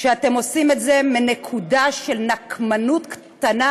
שאתם עושים את זה מנקודה של נקמנות קטנה,